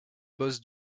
boss